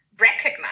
recognize